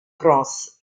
cross